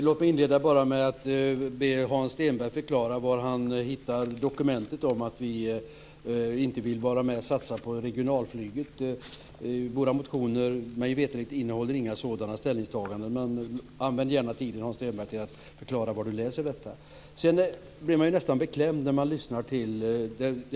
Fru talman! Jag skulle först vilja be Hans Stenberg förklara var han har hittat dokumentet om att vi inte vill vara med och satsa på regionalflyget. Mig veterligt innehåller våra motioner inga sådana ställningstaganden. Använd alltså gärna talartiden, Hans Stenberg, till att förklara var det står att läsa om detta! Jag blir nästan beklämd när jag lyssnar här.